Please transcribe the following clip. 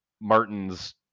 Martin's